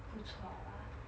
不错 lah